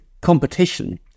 competition